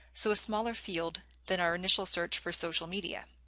so a smaller field than our initial search for social media.